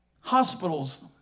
Hospitals